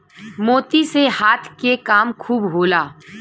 मोती से हाथ के काम खूब होला